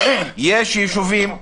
יש ישובים,